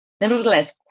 Nevertheless